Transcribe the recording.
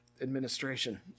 administration